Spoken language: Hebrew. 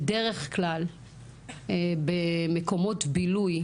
בדרך כלל במקומות בילוי,